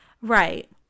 Right